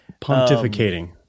pontificating